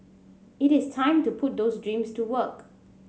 it is time to put those dreams to work